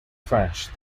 crash